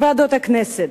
ועדות הכנסת,